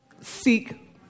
seek